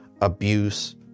abuse